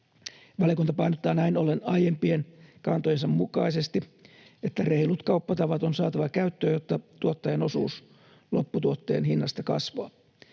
Valiokunta painottaa näin ollen aiempien kantojensa mukaisesti, että reilut kauppatavat on saatava käyttöön, jotta tuottajan osuus lopputuotteen hinnasta kasvaa.